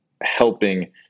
helping